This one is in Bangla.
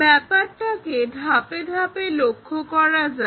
ব্যাপারটাকে ধাপে ধাপে লক্ষ্য করা যাক